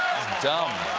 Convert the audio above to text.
dumb.